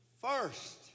first